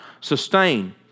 sustain